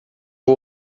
vou